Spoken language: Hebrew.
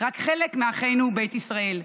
רק חלק מאחינו בית ישראל.